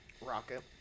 Rocket